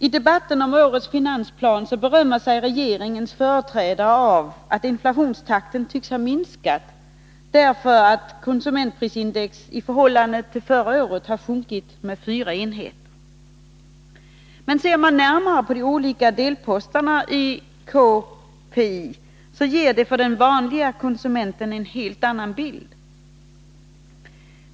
I debatten om årets finansplan berömmer sig regeringens företrädare av att inflationstakten tycks ha minskat, därför att konsumentprisindex i förhållande till förra året har sjunkit med 4 procentenheter. Men ser man närmare på de olika delposterna i konsumentprisindex så ger det för den vanlige konsumenten en helt annan bild.